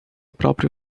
próprio